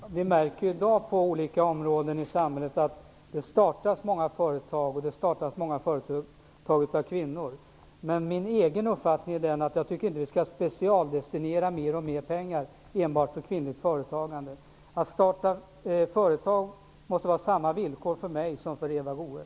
Herr talman! Vi märker i dag på olika områden i samhället att det startas många företag, och att det startas många företag av kvinnor. Men min egen uppfattning är att jag inte tycker att vi skall specialdestinera mer och mer pengar enbart för kvinnligt företagande. Att starta företag måste ske på samma villkor för mig som för Eva Goës.